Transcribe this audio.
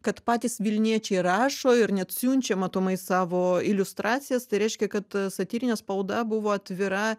kad patys vilniečiai rašo ir net siunčia matomai savo iliustracijas tai reiškia kad satyrinė spauda buvo atvira